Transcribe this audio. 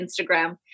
Instagram